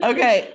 Okay